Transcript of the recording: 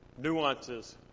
nuances